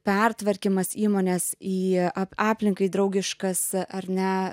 pertvarkymas įmonės į aplinkai draugiškas ar ne